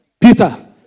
peter